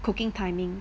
cooking timing